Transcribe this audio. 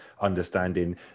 understanding